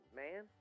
man